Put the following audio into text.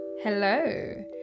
Hello